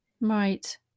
Right